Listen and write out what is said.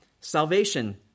Salvation